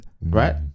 right